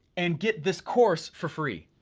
and get this course for free.